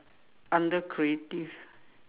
under creative